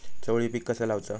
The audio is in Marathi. चवळी पीक कसा लावचा?